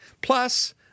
Plus